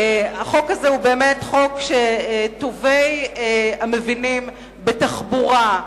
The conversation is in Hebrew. החוק הזה הוא באמת חוק שטובי המבינים בתחבורה,